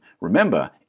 Remember